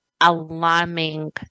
alarming